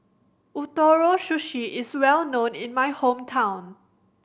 Ootoro Sushi is well known in my hometown